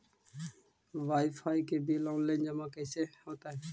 Wifi के bill online जमा कैसे होतै?